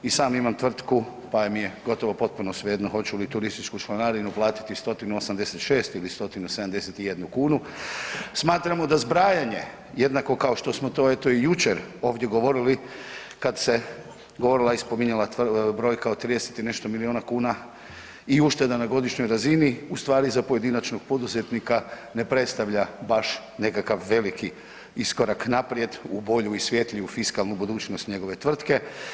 I sam imam tvrtku pa mi je gotovo potpuno svejedno hoću li turističku članarinu platiti 186 ili 171 kunu, smatramo da zbrajanje jednako kao što smo to eto i jučer ovdje govorili kada se govorila i spominjala brojka od 30 i nešto milijuna kuna i ušteda na godišnjoj razini ustvari za pojedinačnog poduzetnika ne predstavlja baš nekakav veliki iskorak naprijed u bolju i svjetliju fiskalnu budućnost njegove tvrtke.